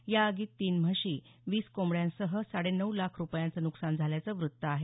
या आगीत तीन म्हशी वीस कोंबड्यांसह साडे नऊ लाख रुपयांचं नुकसान झाल्याचं व्त्त आहे